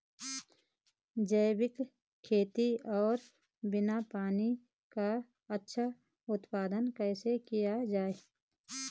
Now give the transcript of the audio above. जैविक खेती और बिना पानी का अच्छा उत्पादन कैसे किया जाए?